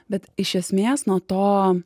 bet iš esmės nuo to